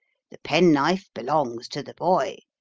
the penknife belongs to the boy.